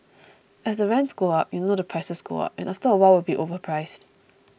as rents go up you know the prices go up and after a while we'll be overpriced